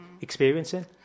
experiencing